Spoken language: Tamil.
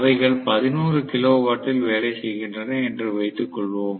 அவைகள் 11 கிலோவோல்ட்டில் வேலை செய்கின்றன என்று வைத்துக் கொள்வோம்